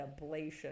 ablation